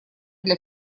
для